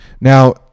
now